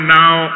now